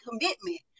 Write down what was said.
commitment